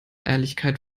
ehrlichkeit